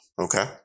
Okay